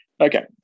Okay